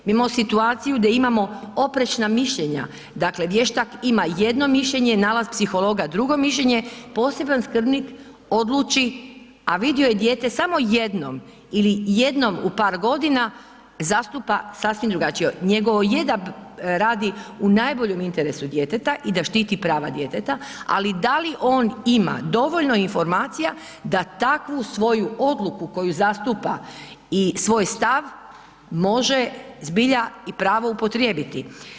Imamo situaciju da imamo oprečna mišljenja, dakle vještak ima jedno mišljenje, nalaz psihologa drugo mišljenje, poseban skrbnik odluči a vidio je dijete samo jednom ili jednom u par godina, zastupa sasvim drugačije. njegovo je da radi u najboljem interesu djeteta i da štiti prava djeteta ali da li on ima dovoljno informacija da takvu svoju odluku koju zastupa i svoj stav, može zbilja i pravo upotrijebiti?